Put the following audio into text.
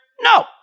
No